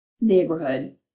neighborhood